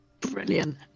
Brilliant